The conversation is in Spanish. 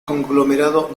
conglomerado